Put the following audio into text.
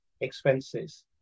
expenses